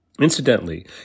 Incidentally